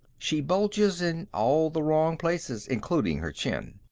she bulges in all the wrong places, including her chin.